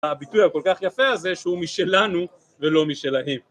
הביטוי הכל-כך יפה הזה, שהוא משלנו ולא משלהם.